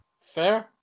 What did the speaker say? Fair